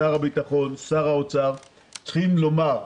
שר הביטחון ושר האוצר צריכים לומר,